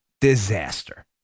disaster